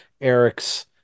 Eric's